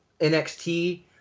NXT